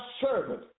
servant